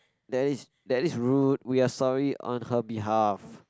that is that is rude we're sorry on her behalf